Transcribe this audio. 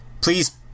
please